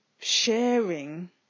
sharing